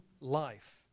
life